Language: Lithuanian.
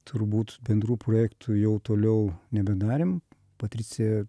turbūt bendrų projektų jau toliau nebedarėm patricija